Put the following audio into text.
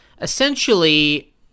essentially